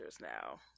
now